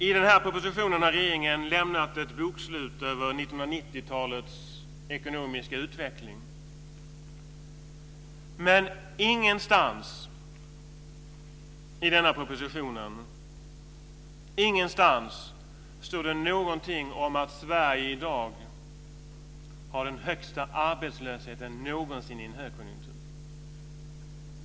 I den här propositionen har regeringen lämnat ett bokslut över 1990-talets ekonomiska utveckling, men ingenstans i den står det någonting om att Sverige i dag har den högsta arbetslösheten någonsin i en högkonjunktur.